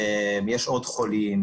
יש עוד חולים,